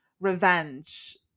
revenge